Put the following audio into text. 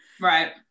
Right